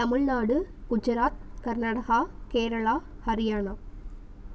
Tamil Nadu Gujarat Karnataka Kerala Haryana